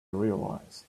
realized